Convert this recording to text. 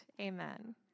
Amen